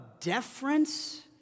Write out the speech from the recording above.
deference